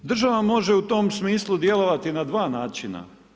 Država može u tome smislu djelovati na dva načina.